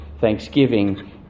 Thanksgiving